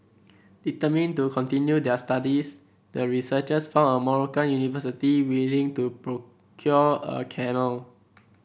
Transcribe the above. determined to continue their studies the researchers found a Moroccan university willing to procure a camel